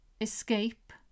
escape